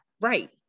Right